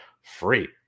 free